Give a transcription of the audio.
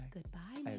Goodbye